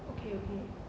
okay okay